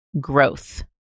growth